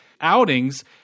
outings